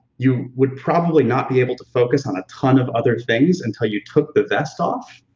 you would probably not be able to focus on a ton of other things until you took the vest off.